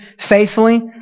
faithfully